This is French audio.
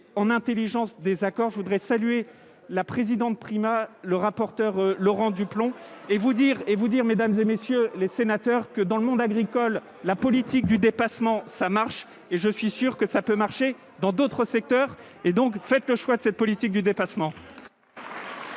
en Intelligence accords je voudrais saluer la présidente Prima, le rapporteur Laurent Duplomb et vous dire et vous dire mesdames et messieurs les sénateurs, que dans le monde agricole, la politique du dépassement, ça marche et je suis sûr que ça peut marcher dans d'autres secteurs et donc fait le choix de cette politique du dépassement.